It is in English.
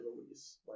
release